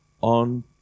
on